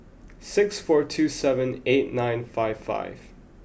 six four two seven eight nine five five